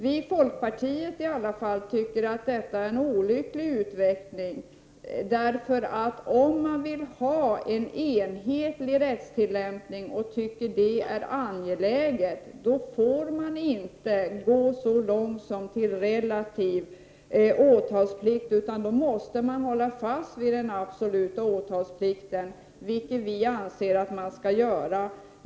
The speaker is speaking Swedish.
Vi i folkpartiet tycker att detta är en olycklig utveckling. Anser man att en enhetlig rättstillämpning det är angelägen, får man inte gå så långt som till relativ åtalsplikt, utan då måste man hålla fast vid den absoluta åtalsplikten — vilket vi anser att man skall göra.